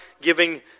giving